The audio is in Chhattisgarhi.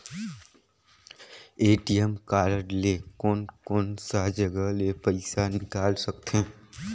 ए.टी.एम कारड ले कोन कोन सा जगह ले पइसा निकाल सकथे?